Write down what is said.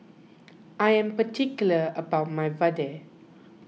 I am particular about my Vadai